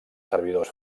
servidors